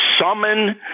summon